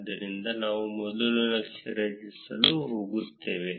ಆದ್ದರಿಂದ ನಾವು ಮೊದಲು ನಕ್ಷೆ ರಚಿಸಲು ಹೋಗುತ್ತೇವೆ